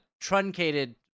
truncated